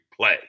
play